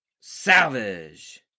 Salvage